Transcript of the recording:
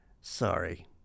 Sorry